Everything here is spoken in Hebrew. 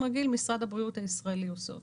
רגיל משרד הבריאות הישראלי עושה אותם.